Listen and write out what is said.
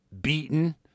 beaten